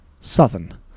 southern